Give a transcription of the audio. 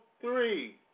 three